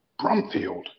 Brumfield